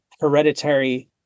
hereditary